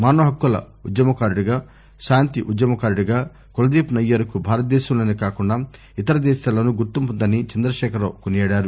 మానవ హక్కుల ఉద్యమకారుడిగా శాంతి ఉద్యమకారుడిగా కులదీప్ నయ్యర్కు భారతదేశంలోనే కాకుండా ఇతర దేశాల్లోనూ గుర్తింపు ఉందని చంద్రశేకర్రావు కానియాడారు